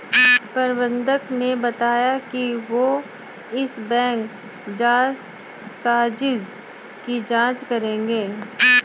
प्रबंधक ने बताया कि वो इस बैंक जालसाजी की जांच करेंगे